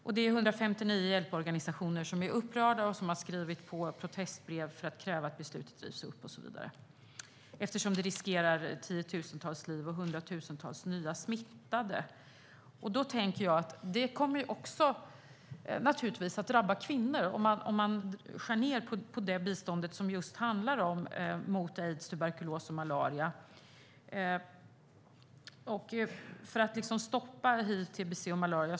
Det är 159 organisationer som är upprörda och har skrivit protestbrev där man kräver att beslutet ska rivas upp och så vidare eftersom det riskerar tiotusentals liv och hundratusentals nya smittade. Det kommer naturligtvis att drabba kvinnor om man skär ned på det bistånd som ska motverka aids, tuberkulos och malaria.